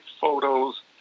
photos